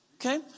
Okay